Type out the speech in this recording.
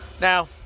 Now